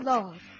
Lord